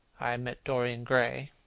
i met dorian gray.